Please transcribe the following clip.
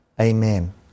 Amen